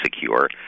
secure